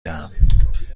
دهم